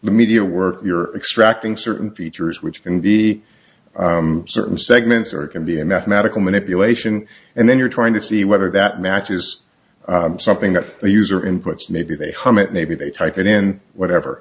the media work you're extracting certain features which can be certain segments or it can be a mathematical manipulation and then you're trying to see whether that match is something that the user inputs maybe they hum it maybe they type it in whatever